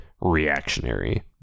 reactionary